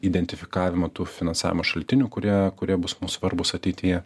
identifikavimu tų finansavimo šaltinių kurie kurie bus mums svarbūs ateityje